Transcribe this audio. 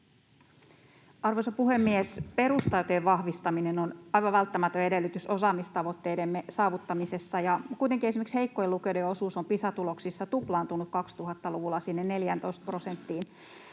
Arvoisa puhemies! Perustaitojen vahvistaminen on aivan välttämätön edellytys osaamistavoitteidemme saavuttamisessa, ja kuitenkin esimerkiksi heikkojen lukijoiden osuus on Pisa-tuloksissa tuplaantunut 2000-luvulla sinne 14 prosenttiin.